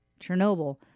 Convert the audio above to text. Chernobyl